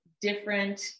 different